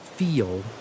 Feel